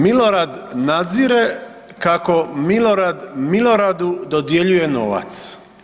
Milorad nadzire kako Milorad Miloradu dodjeljuje novac.